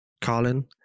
Carlin